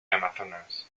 amazonas